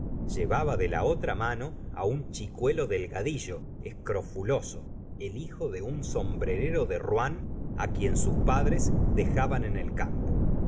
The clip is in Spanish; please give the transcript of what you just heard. llevaba de la otra mano un chicuelo delgadillo escrofuloso el hijo de un sombrerero de rouen á quien sus padres dejaban en el campo